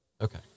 Okay